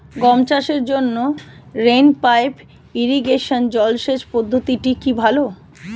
গম চাষের জন্য রেইন পাইপ ইরিগেশন জলসেচ পদ্ধতিটি কি ভালো?